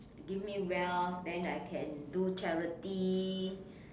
give me wealth then I can do charity